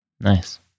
Nice